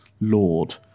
Lord